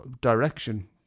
direction